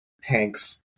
Hanks